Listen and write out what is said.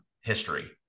history